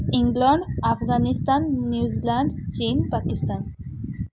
England Afghanistan New Zealand China Pakistan